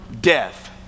death